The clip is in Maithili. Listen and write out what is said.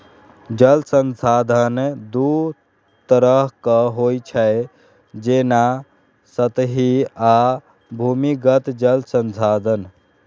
जल संसाधन दू तरहक होइ छै, जेना सतही आ भूमिगत जल संसाधन